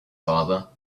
father